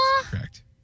Correct